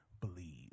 believe